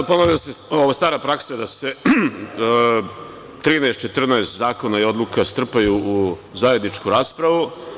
Naravno, ponavlja se ova stara praksa da se 13, 14 zakona i odluka strpaju u zajedničku raspravu.